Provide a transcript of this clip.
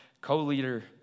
co-leader